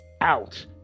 out